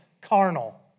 carnal